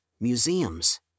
museums